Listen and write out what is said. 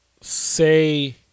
say